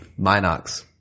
Minox